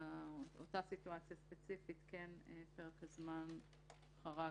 ובאותה סיטואציה ספציפית פרק הזמן חרג